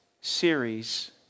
series